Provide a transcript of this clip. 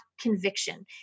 conviction